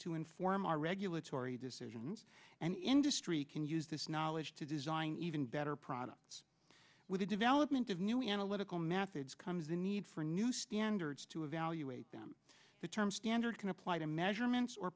to inform our regulatory decisions and industry can use this knowledge to design even better products with the development of new analytical methods comes the need for new standards to evaluate them the term standard can apply to measurements or